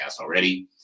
already